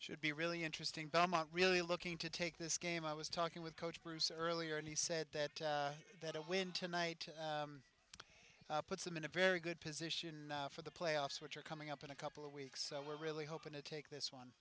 should be really interesting but i'm not really looking to take this game i was talking with coach bruce earlier and he said that that a win tonight puts them in a very good position for the playoffs which are coming up in a couple of weeks so we're really hoping to take this one